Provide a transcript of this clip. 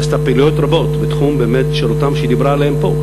ועשתה פעילויות רבות בתחומים שהיא דיברה עליהם פה.